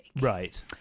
Right